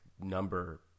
number